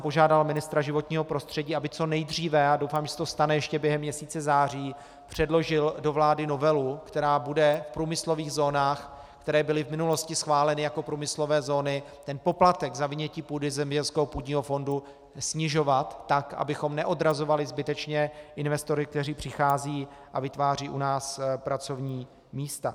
Požádal jsem ministra životního prostředí, aby co nejdříve doufám, že se to stane ještě během měsíce září předložil do vlády novelu, která bude v průmyslových zónách, které byly v minulosti schváleny jako průmyslové zóny, poplatek za vynětí půdy ze zemědělského půdního fondu snižovat tak, abychom neodrazovali zbytečně investory, kteří přicházejí a vytvářejí u nás pracovní místa.